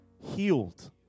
healed